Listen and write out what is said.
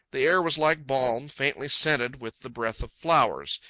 the air was like balm, faintly scented with the breath of flowers.